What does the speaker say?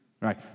right